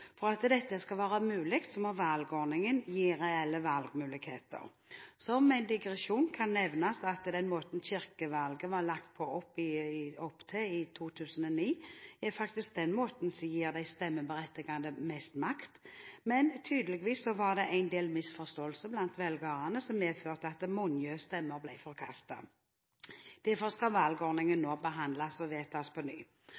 For at dette skal være mulig, må valgordningen gi reelle valgmuligheter. Som en digresjon kan nevnes at den måten kirkevalget var lagt opp til i 2009, er den måten som gir de stemmeberettigede mest makt. Men tydeligvis var det en del misforståelser blant velgerne som medførte at mange stemmer ble forkastet. Derfor skal valgordningen nå behandles og vedtas på ny.